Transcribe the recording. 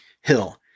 Hill